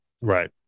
right